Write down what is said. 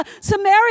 Samaria